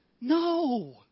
No